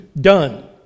done